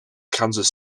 kansas